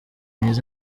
myiza